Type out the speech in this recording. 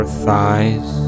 thighs